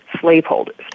slaveholders